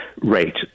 rate